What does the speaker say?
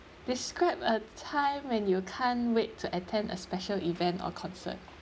describe a time when you can't wait to attend a special event or concert